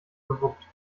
gewuppt